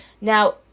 Now